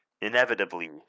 inevitably